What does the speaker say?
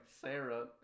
Sarah